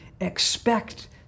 expect